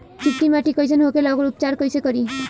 चिकटि माटी कई सन होखे ला वोकर उपचार कई से करी?